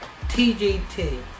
TGT